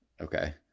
Okay